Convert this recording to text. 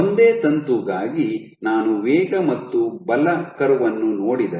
ಒಂದೇ ತಂತುಗಾಗಿ ನಾನು ವೇಗ ಮತ್ತು ಬಲ ಕರ್ವ್ ಅನ್ನು ನೋಡಿದರೆ